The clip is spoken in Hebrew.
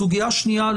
סוגיה שנייה,